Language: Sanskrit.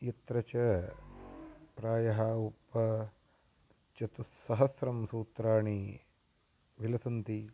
यत्र च प्रायः उपचतुस्सहस्रं सूत्राणि विलसन्ति